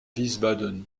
wiesbaden